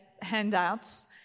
handouts